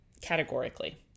categorically